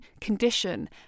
condition